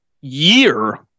year